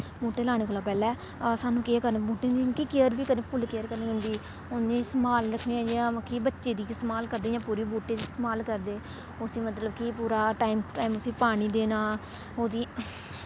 बूह्टे लाने कोला पैह्लें सानूं केह् करना बूह्टें दी मतलब कि केयर बी करनी फुल्ल केयर करनी पौंदी उं'दी संभाल रक्खनी जि'यां मतलब कि बच्चे दी संभाल करदे इ'यां पूरी बूह्टे दी संभाल करदे उस्सी मतलब कि पूरा टाइम टू टाइम उस्सी पानी देना ओह्दी